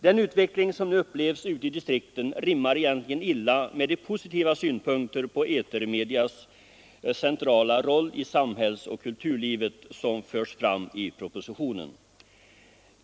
Den utveckling som nu upplevs ute i distrikten rimmar egentligen illa med de positiva synpunkter på etermediernas centrala roll i samhällsoch kulturlivet som förs fram i propositionen.